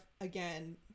again